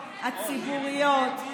הציבוריות,